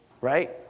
Right